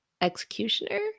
executioner